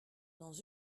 dans